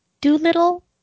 Doolittle